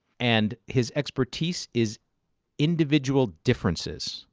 and his expertise is individual differences.